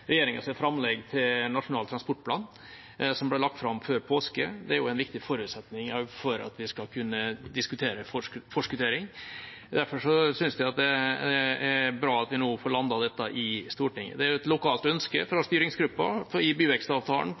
regjeringa kan legge til rette for det, så jeg skal prøve å fatte meg i korthet. Det er jo ikke alltid denne komiteen fatter seg i korthet! Jeg er veldig glad for at vi nå har fått på plass dette. Strekningen er prioritert i regjeringas framlegg til Nasjonal transportplan, som ble lagt fram før påske. Det er også en viktig forutsetning for at vi skal kunne diskutere forskuttering. Derfor synes jeg det er bra at vi nå får landet dette i Stortinget. Det er et lokalt ønske fra styringsgruppa for byvekstavtalen